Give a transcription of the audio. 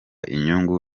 inyungu